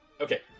Okay